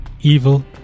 evil